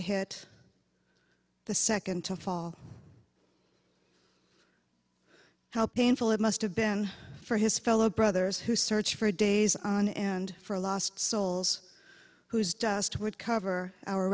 hit the second to fall help painful it must have been for his fellow brothers who search for days on end for lost souls whose just would cover our